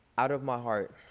out of my heart,